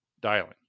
dialing